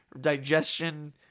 digestion